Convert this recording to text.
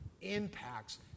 impacts